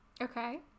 Okay